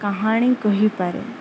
କାହାଣୀ କହିପାରେ